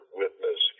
witness